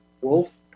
Wolf